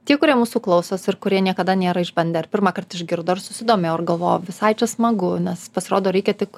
tie kurie mūsų klausosi ir kurie niekada nėra išbandę ar pirmąkart išgirdo ir susidomėjo ir galvojo visai čia smagu nes pasirodo reikia tik